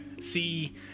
See